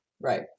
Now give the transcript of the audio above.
Right